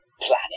planet